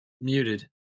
Muted